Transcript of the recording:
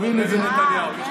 אין לי עמדות נגד נתניהו.